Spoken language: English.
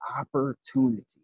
opportunity